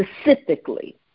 specifically